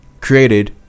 created